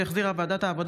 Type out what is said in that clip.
התקבלה בקריאה